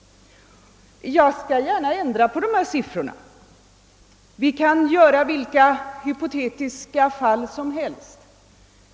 Jag skall gärna ändra på dessa siffror — vi kan tänka oss vilka hypotetiska fall som helst.